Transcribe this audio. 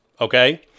okay